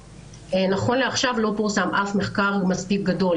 נכון לעכשיו, לא פורסם אף מחקר מספיק גדול.